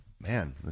man